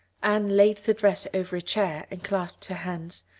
anne laid the dress over a chair and clasped her hands.